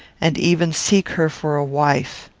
and even seek her for a wife.